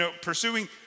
pursuing